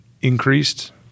increased